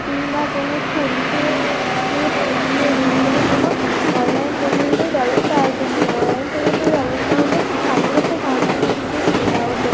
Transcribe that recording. কিংবা কোনো PhonePe GPay Paytm এই সবের কোনো অনলাইন পেমেন্টের ব্যবস্থা আছে কি না অনলাইন পেমেন্টের ব্যবস্থা হলে খুব ভালো হতো তাহলে আমার দিতে সুবিধা হতো